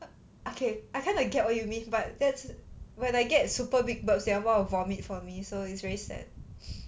okay I kind of get what you mean but that's when I get super big burps then I'll want to vomit for me so it's very sad